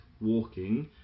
walking